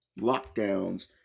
lockdowns